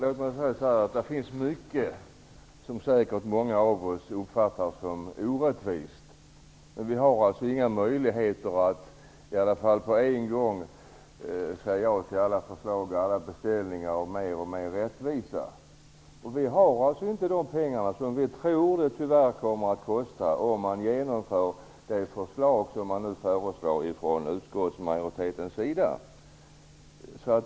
Herr talman! Låt mig säga så här: Det finns mycket som många av oss säkert uppfattar som orättvist. Men vi har inga möjligheter att på en gång säga ja till alla förslag om och beställningar på mer och mer rättvisa. Vi har inte de pengar som vi tror att det, tyvärr, kommer att kosta att genomföra utskottsmajoritetens förslag.